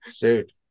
dude